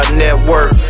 network